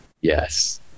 Yes